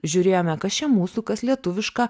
žiūrėjome kas čia mūsų kas lietuviška